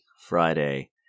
Friday